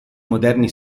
moderni